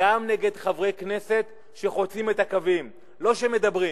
גם נגד חברי כנסת שחוצים את הקווים, לא שמדברים.